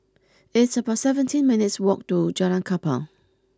it's about seventeen minutes' walk to Jalan Kapal